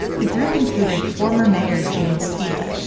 the group included former mayor james phelan,